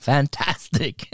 Fantastic